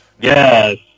Yes